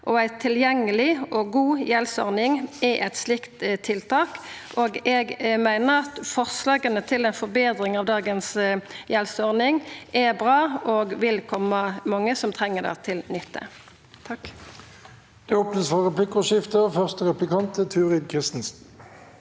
ei tilgjengeleg og god gjeldsordning er eit slikt tiltak. Eg meiner at forslaga til forbetring av dagens gjeldsordning er bra og vil koma mange som treng det, til nytte.